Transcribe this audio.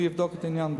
והוא יבדוק את העניין.